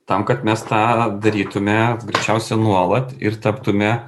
tam kad mes tą darytume greičiausia nuolat ir taptume